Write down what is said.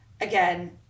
again